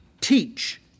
teach